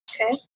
okay